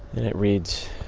and it reads,